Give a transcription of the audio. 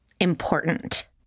important